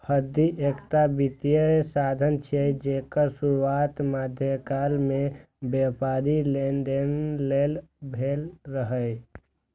हुंडी एकटा वित्तीय साधन छियै, जेकर शुरुआत मध्यकाल मे व्यापारिक लेनदेन लेल भेल रहै